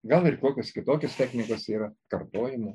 gal ir kokios kitokios technikos yra kartojimo